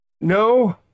no